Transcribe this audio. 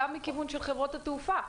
גם מכיוון של חברות התעופה,